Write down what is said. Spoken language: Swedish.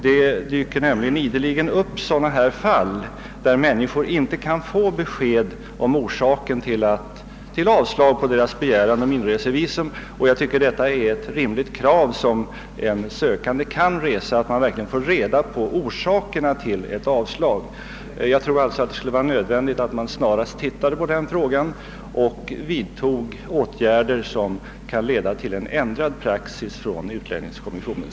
Det dyker nämligen upp sådana här fall, där människor inte kan få besked om orsaken till att begäran om inresevisum avslagits. Och jag tycker det är ett rimligt krav som en sökande kan resa att han verkligen skall få reda på orsakerna till ett avslag. Jag tror alltså att det är nödvändigt att man snarast undersöker frågan och vidtar åtgärder som kan: leda till en